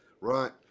right